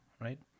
right